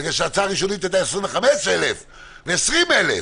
בגלל שההצעה הראשונית הייתה 25,000 ש"ח ו-20,000 ש"ח.